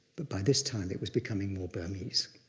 but by this time, it was becoming more burmese.